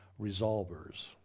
resolvers